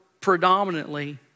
predominantly